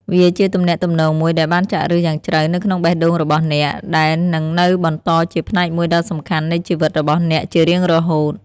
វាជាទំនាក់ទំនងមួយដែលបានចាក់ឫសយ៉ាងជ្រៅនៅក្នុងបេះដូងរបស់អ្នក ដែលនឹងនៅបន្តជាផ្នែកមួយដ៏សំខាន់នៃជីវិតរបស់អ្នកជារៀងរហូត។